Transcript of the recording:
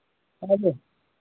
हजुर